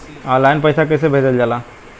Online पैसा कैसे भेजल जाला?